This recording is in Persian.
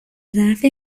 ظرف